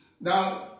Now